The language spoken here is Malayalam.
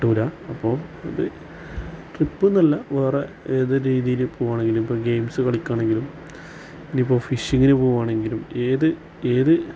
കിട്ടൂല അപ്പോൾ ഇത് ട്രിപ്പ് എന്നല്ല വേറെ ഏത് രീതിയിൽ പോണെങ്കിലും ഇപ്പോൾ ഗെയിംസ് കളിക്കണെങ്കിലും ഇനിയിപ്പോൾ ഫിഷിങ്ങിന് പോണെങ്കിലും ഏത് ഏത്